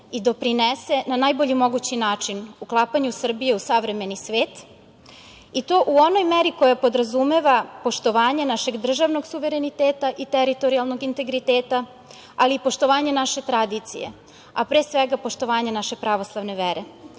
i doprinese na najbolji mogući način uklapanju Srbije u savremeni svet i to u onoj meri koja podrazumeva poštovanja našeg državnog suvereniteta i teritorijalnog integriteta, ali i poštovanje naše tradicije, a pre svega poštovanje naše pravoslavne vere.U